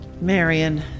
Marion